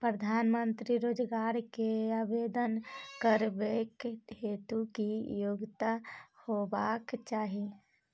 प्रधानमंत्री रोजगार के आवेदन करबैक हेतु की योग्यता होबाक चाही?